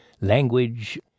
language